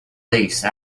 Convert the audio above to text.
lace